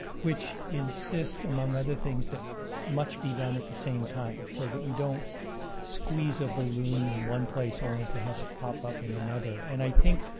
which insist among other things that much be done at the same time, so that we don't squeeze a balloon in one place, only to have it pop up in another. and i think